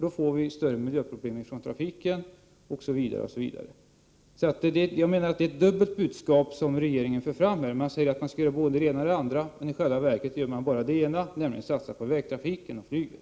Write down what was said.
Då skulle vi ju få större miljöproblem från trafiken, osv. Regeringen för alltså fram ett dubbelt budskap: man säger att man skall göra både det ena och det andra, medan man i själva verket gör bara det ena, nämligen satsar på vägtrafiken och flyget.